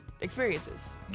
experiences